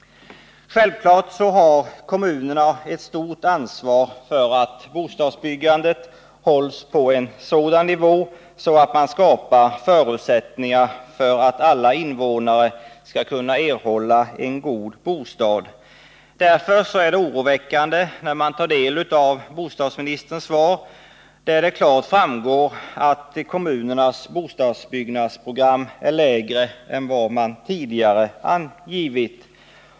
Självfallet har kommunerna ett stort ansvar för att bostadsbyggandet hålls på en sådan nivå att man skapar förutsättningar för att alla invånare skall kunna erhålla en god bostad. Det är därför oroväckande att det av bostadsministerns svar klart framgår att kommunernas bostadsbyggnadsprogram omfattar ett mindre antal lägenheter än man tidigare angivit.